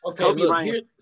Okay